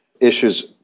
issues